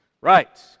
Right